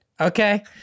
Okay